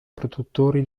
produttori